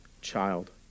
child